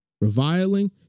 reviling